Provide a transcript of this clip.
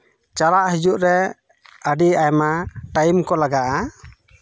ᱪᱟᱞᱟᱜ ᱦᱤᱡᱩᱜ ᱨᱮ ᱟᱹᱰᱤ ᱟᱭᱢᱟ ᱴᱟᱭᱤᱢ ᱠᱚ ᱞᱟᱜᱟᱜᱼᱟ